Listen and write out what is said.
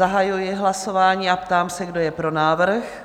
Zahajuji hlasování a ptám se, kdo je pro návrh,